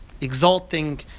exalting